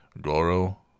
Goro